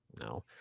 No